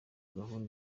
gahunda